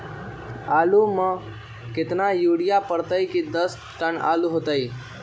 आलु म केतना यूरिया परतई की दस टन आलु होतई?